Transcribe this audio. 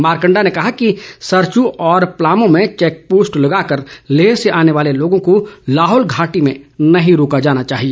मारकंडा ने कहा कि सरचू और प्लामों में चैक पोस्ट लगाकर लेह से आने वाले लोगों को लाहौल घाटी में नहीं रोका जाना चाहिए